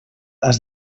has